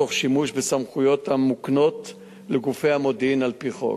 תוך שימוש בסמכויות המוקנות לגופי המודיעין על-פי חוק.